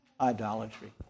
idolatry